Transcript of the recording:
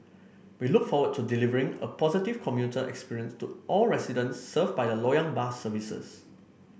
we look forward to delivering a positive commuter experience to all residents served by the Loyang bus services